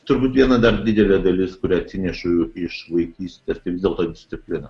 turbūt viena dar didelė dalis kurią atsinešu iš vaikystės tai vis dėlto disciplina